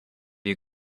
you